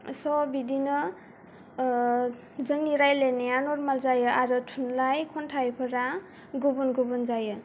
स' बिदिनो जोंनि रायज्लायनाया नर्माल जायो आरो थुनलाइ खन्थाइफोरा गुबुन गुबुन जायो